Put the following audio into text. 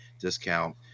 discount